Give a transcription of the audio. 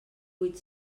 vuit